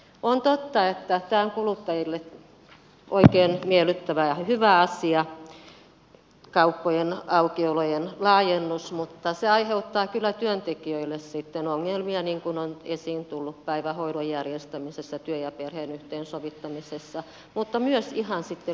on totta että tämä on kuluttajille oikein miellyttävä ja hyvä asia kauppojen aukiolojen laajennus mutta se aiheuttaa kyllä työntekijöille sitten ongelmia niin kuin on esiin tullut päivähoidon järjestämisessä työn ja perheen yhteensovittamisessa mutta myös ihan sitten liikenneyhteyksien osalta